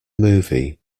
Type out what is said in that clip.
movie